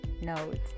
note